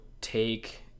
take